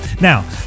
Now